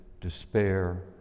despair